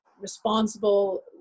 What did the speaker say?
responsible